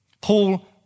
Paul